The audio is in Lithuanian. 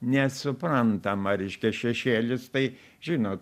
nesuprantama reiškia šešėlis tai žinot